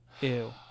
Ew